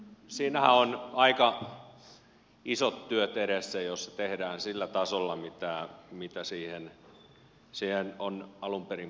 siinähän on aika isot työt edessä jos se tehdään sillä tasolla mitä siihen on alun perin vaadittu